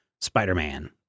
Spider-Man